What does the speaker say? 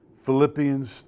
Philippians